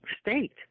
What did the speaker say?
state